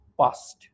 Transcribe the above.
past